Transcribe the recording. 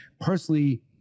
personally